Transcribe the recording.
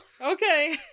okay